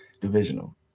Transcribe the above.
Divisional